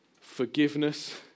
forgiveness